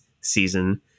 season